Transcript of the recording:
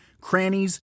crannies